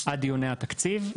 עד לדיוני התקציב.